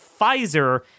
Pfizer